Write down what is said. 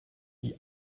die